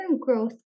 growth